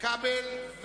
איתן כבל,